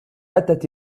أتت